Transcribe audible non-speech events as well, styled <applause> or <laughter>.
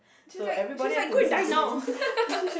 she's like she's like go and die now <laughs>